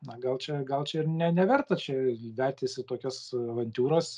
na gal čia gal čia ir ir ne neverta čia veltis į tokias avantiūras